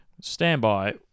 Standby